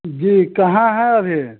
जी कहाँ है अभी